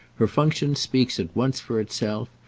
her function speaks at once for itself,